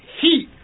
heat